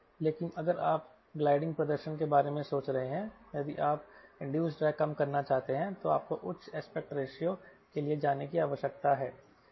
लेकिन अगर आप ग्लाइडिंग प्रदर्शन के बारे में सोच रहे हैं यदि आप इंड्यूस्ड ड्रैग कम चाहते हैं तो आपको उच्च एस्पेक्ट रेशियो के लिए जाने की आवश्यकता है